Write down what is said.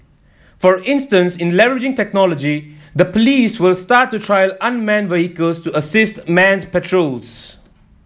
for instance in leveraging technology the police will start to trial unmanned vehicles to assist man's patrols